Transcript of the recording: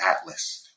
Atlas